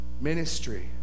ministry